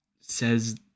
says